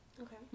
Okay